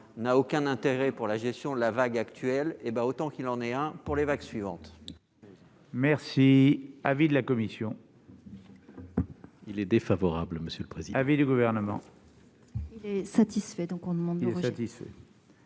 aucun intérêt pour la gestion de la vague actuelle, autant qu'il en ait un pour les suivantes.